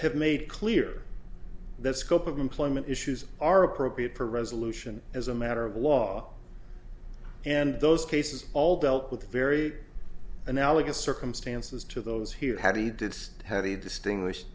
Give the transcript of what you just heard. have made clear the scope of employment issues are appropriate for resolution as a matter of law and those cases all dealt with very analogous circumstances to those who had he did have a distinguish